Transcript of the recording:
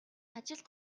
ажилд